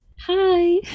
Hi